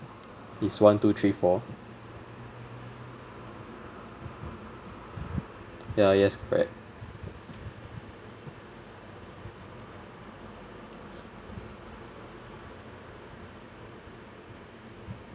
is one two three four ya yes correct